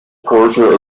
portrait